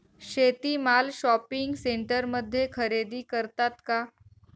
शेती माल शॉपिंग सेंटरमध्ये खरेदी करतात का?